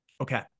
Okay